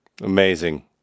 Amazing